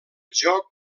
joc